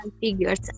figures